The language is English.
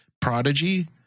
Prodigy